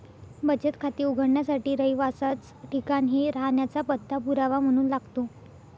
बचत खाते उघडण्यासाठी रहिवासाच ठिकाण हे राहण्याचा पत्ता पुरावा म्हणून लागतो